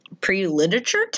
Pre-literature